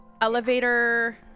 elevator